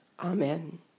Amen